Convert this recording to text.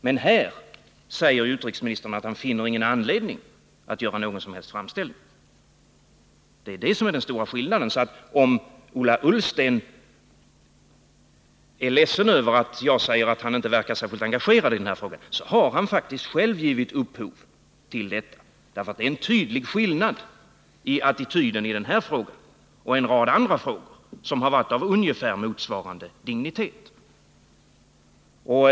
Men här säger utrikesministern att han inte finner någon anledning att göra någon som helst framställning. Det är den stora skillnaden. Om Ola Ullsten är ledsen över att jag säger att han inte verkar särskilt engagerad i den här frågan, så har han faktiskt själv givit upphov till det. Det är en tydlig skillnad i attityden i den här frågan och i en rad andra frågor av ungefär motsvarande dignitet.